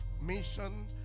mission